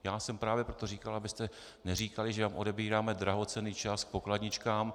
Já jsem právě proto říkal, abyste neříkali, že vám odebíráme drahocenný čas k pokladničkám.